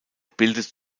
bildet